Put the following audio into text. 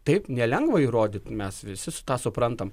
taip nelengva įrodyt mes visi tą suprantam